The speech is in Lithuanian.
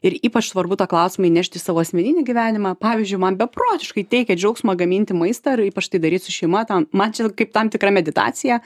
ir ypač svarbu tą klausimą įnešti į savo asmeninį gyvenimą pavyzdžiui man beprotiškai teikia džiaugsmą gaminti maistą ir ypač tai daryt su šeima ten man čia kaip tam tikra meditacija